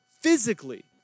physically